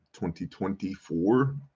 2024